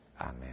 Amen